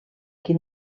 qui